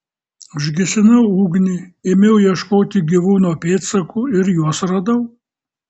užgesinau ugnį ėmiau ieškoti gyvūno pėdsakų ir juos radau